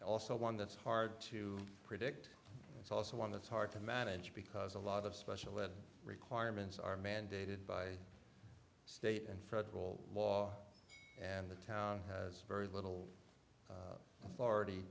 budget also one that's hard to predict it's also one that's hard to manage because a lot of special ed requirements are mandated by state and federal law and the town has very little